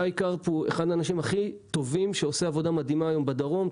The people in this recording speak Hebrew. שי קרפ הוא אחד האנשים הכי טובים שעושה עבודה מדהימה בדרום,